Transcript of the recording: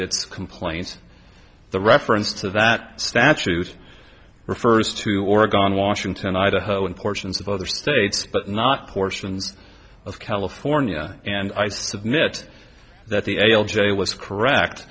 its complaints the reference to that statute refers to oregon washington idaho and portions of other states but not portions of california and i submit that the l j was correct